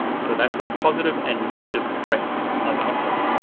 so that's a positive and negative grep of output.